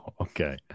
okay